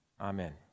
Amen